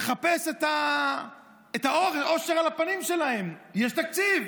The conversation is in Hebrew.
מחפש את האור, את האושר על הפנים שלהם: יש תקציב,